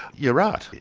you're right,